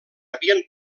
havien